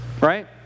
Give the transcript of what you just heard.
Right